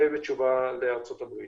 זה בתשובה לארצות-הברית.